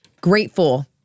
grateful